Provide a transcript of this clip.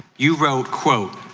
you wrote quote,